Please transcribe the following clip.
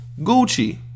Gucci